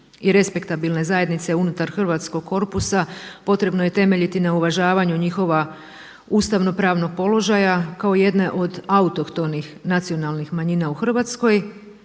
i respektabilne zajednice unutar hrvatskog korpusa potrebno je temeljiti na uvažavanju njihova ustavno-pravnog položaja kao jedne od autohtonih nacionalnih manjina u Hrvatskoj,